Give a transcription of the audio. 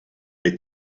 est